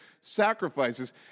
sacrifices